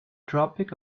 tropic